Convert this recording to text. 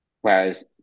Whereas